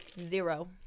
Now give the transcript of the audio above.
Zero